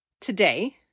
today